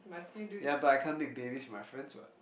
ya but I can't make babies with my friends [what]